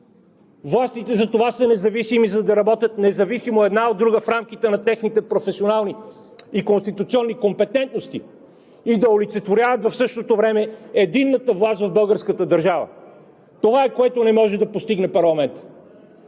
Властите затова са независими – за да работят независимо една от друга в рамките на техните професионални и конституционни компетентности и да олицетворяват в същото време единната власт в българската държава! Това е, което не може да постигне парламентът.